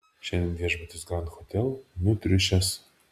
šiandien viešbutis grand hotel nutriušęs